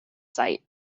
site